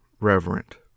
reverent